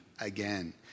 again